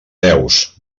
deus